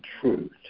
truth